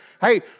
hey